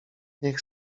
niech